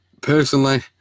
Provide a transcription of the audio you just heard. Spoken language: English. personally